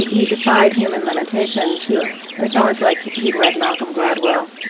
he defied human limitations yes i mean, it's almost like he'd read malcolm gladwell